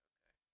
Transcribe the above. Okay